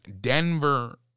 Denver